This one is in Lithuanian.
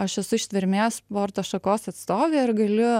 aš esu ištvermės sporto šakos atstovė ir galiu